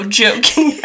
joking